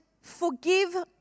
forgive